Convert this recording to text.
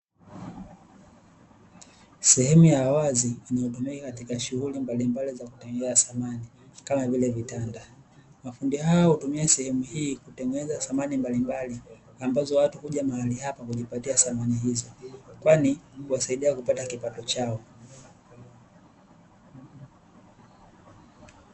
Sehemu ya wazi inayotumika katika shughuli mbalimbali za kutengenezea thamani kama vile:vitanda, mafundi hao hutumia sehemu hii kutengenezea thamani mbalimbali ambazo watu huja mahali hapo kujipatia thamani hizo kwani hujipati kipato chao.